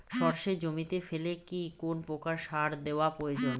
সর্ষে জমিতে ফেলে কি কোন প্রকার সার দেওয়া প্রয়োজন?